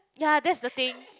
ya that's the thing